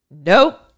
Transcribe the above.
nope